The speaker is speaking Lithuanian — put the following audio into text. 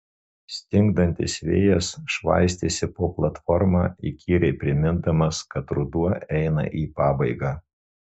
stingdantis vėjas švaistėsi po platformą įkyriai primindamas kad ruduo eina į pabaigą